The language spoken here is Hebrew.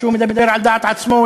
ושהוא מדבר על דעת עצמו,